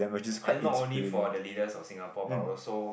I think not only for the leaders of Singapore but also